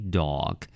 dog